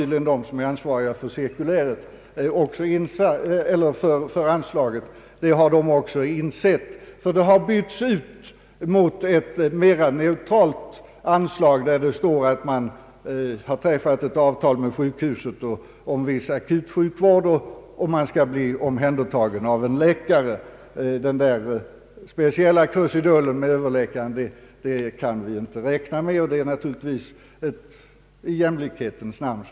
De som är ansvariga för anslaget har tydligen också insett detta, ty det har bytts ut mot ett mera neutralt anslag, på vilket står att ett avtal har träffats med sjukhuset om viss akutsjukvård och att man skall bli omhändertagen av en läkare. Den speciella krusidullen om överläkaren kan vi inte räkna med i fortsättningen, vilket naturligtvis har skett i jämlikhetens namn.